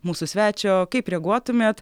mūsų svečio kaip reaguotumėt